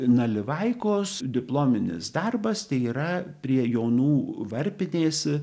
nalivaikos diplominis darbas tai yra prie jonų varpinės